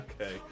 Okay